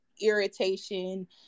irritation